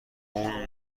اون